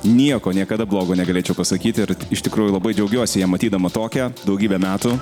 nieko niekada blogo negalėčiau pasakyti ir iš tikrųjų labai džiaugiuosi ją matydama tokią daugybę metų